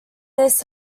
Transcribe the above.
this